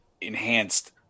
enhanced